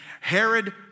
Herod